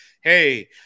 hey